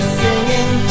singing